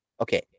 Okay